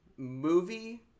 movie